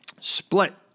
Split